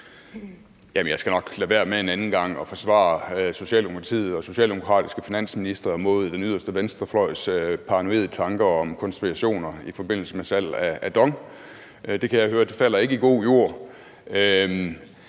Jeg skal nok lade være med en anden gang at forsvare Socialdemokratiet og socialdemokratiske finansministre mod den yderste venstrefløjs paranoide tanker om konspirationer i forbindelse med salget af DONG. Det kan jeg høre ikke falder i god jord.